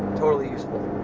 totally useful.